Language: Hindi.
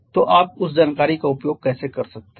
तो आप उस जानकारी का उपयोग कैसे कर सकते हैं